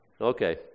Okay